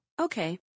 Okay